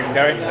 gary.